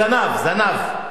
זנב, זנב.